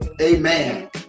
Amen